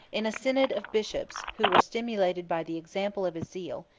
in a synod of bishops, who were stimulated by the example of his zeal,